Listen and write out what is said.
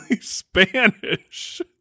Spanish